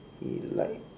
like